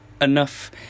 enough